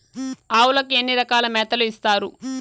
ఆవులకి ఎన్ని రకాల మేతలు ఇస్తారు?